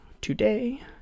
today